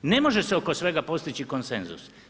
Ne može se oko svega postići konsenzus.